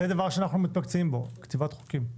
אנחנו מתמקצעים בכתיבת חוקים.